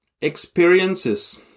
experiences